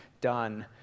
done